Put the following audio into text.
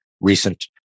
recent